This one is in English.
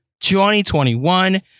2021